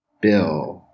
Bill